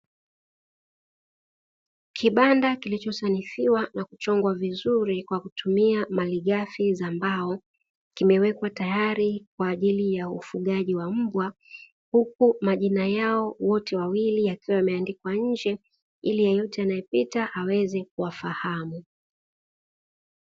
Kibanda kilichosanifiwa na kuchongwa vizuri kwa kutumia malighafi za mbao, kimewekwa tayari kwa ajili ya ufugaji wa mbwa huku majina yao wote wawili yakiwa yameandikwa nje ili yeyote anayepita aweze kuwafahamu.